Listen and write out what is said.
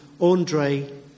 Andre